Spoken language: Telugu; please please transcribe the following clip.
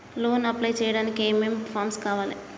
లోన్ అప్లై చేయడానికి ఏం ఏం ఫామ్స్ కావాలే?